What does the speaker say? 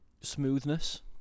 smoothness